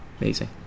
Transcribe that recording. amazing